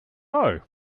are